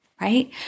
right